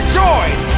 joys